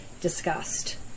discussed